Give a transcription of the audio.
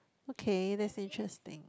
okay that's interesting